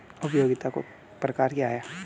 उपयोगिताओं के प्रकार क्या हैं?